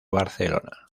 barcelona